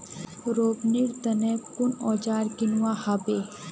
रोपनीर तने कुन औजार किनवा हबे